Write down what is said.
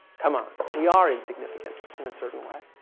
come on. we are insignificant in a certain way.